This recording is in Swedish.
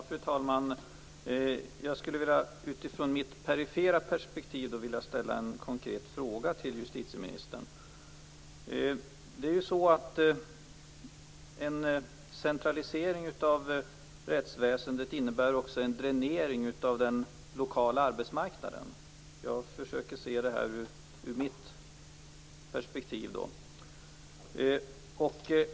Fru talman! Jag skulle utifrån mitt perifera perspektiv vilja ställa en konkret fråga till justitieministern. En centralisering av rättsväsendet innebär också en dränering av den lokala arbetsmarknaden. Jag försöker se det här ur mitt perspektiv.